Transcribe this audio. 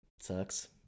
Sucks